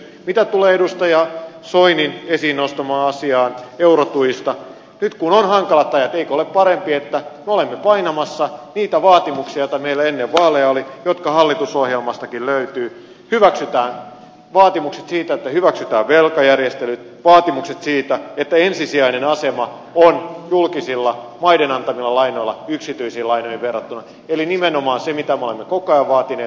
mitä tulee edustaja soinin esiin nostamaan asiaan eurotuista niin nyt kun on hankalat ajat eikö ole parempi että me olemme painamassa niitä vaatimuksia joita meillä ennen vaaleja oli ja jotka hallitusohjelmastakin löytyvät vaatimuksia siitä että hyväksytään velkajärjestelyt vaatimuksia siitä että ensisijainen asema on julkisilla maiden antamilla lainoilla yksityisiin lainoihin verrattuna eli nimenomaan sitä mitä me olemme koko ajan vaatineet